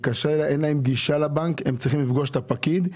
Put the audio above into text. אין להם גישה לבנק, הם צריכים לפגוש את הפקיד.